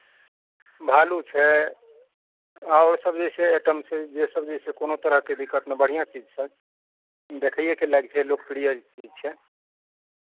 भालू छै आओर सभ जे छै आइटम छै जेसभ जे छै कोनो तरहके दिक्कत नहि बढ़िआँ चीज छै देखइएके लायक छै लोकप्रिय चीज छै